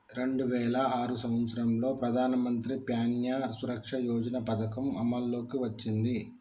రెండు వేల ఆరు సంవత్సరంలో ప్రధానమంత్రి ప్యాన్య సురక్ష యోజన పథకం అమల్లోకి వచ్చింది